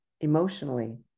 emotionally